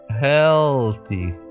healthy